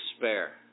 despair